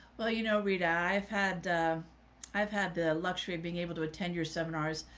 well, you know, reed i've had i've had the luxury of being able to attend your seminars.